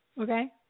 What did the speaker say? okay